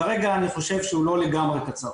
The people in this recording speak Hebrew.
כרגע אני חושב שהוא לא לגמרי קצר.